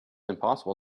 impossible